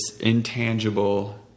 intangible